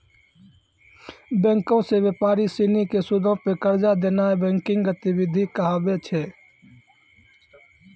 बैंको से व्यापारी सिनी के सूदो पे कर्जा देनाय बैंकिंग गतिविधि कहाबै छै